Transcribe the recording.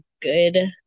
good